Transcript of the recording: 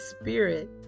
spirit